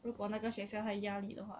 如果那个学校太压力的话